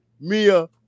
Mia